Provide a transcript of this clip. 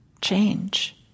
change